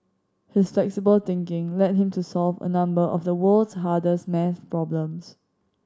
his flexible thinking led him to solve a number of the world's hardest maths problems